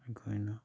ꯑꯩꯈꯣꯏꯅ